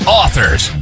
authors